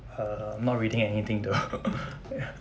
uh I'm not reading anything though ya